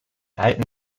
alten